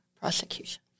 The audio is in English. prosecution